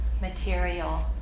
material